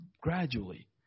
gradually